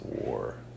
war